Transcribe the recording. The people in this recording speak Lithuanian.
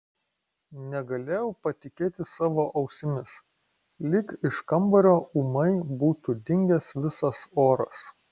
negalėjau patikėti savo ausimis lyg iš kambario ūmai būtų dingęs visas oras